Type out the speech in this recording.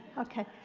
ok.